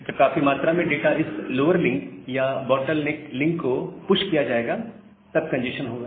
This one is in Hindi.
जब काफी अधिक मात्रा में डाटा इस लोवर लिंक या बॉटलनेक लिंक को पुश किया जाएगा तब कंजेस्शन होगा